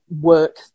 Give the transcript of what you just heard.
work